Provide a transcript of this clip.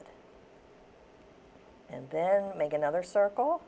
it and then make another circle